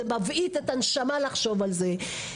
זה מבעית את הנשמה לחשוב על זה.